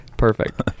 Perfect